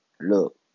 look